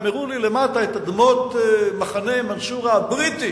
הם הראו לי את אדמות מחנה מנסורה הבריטי